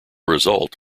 result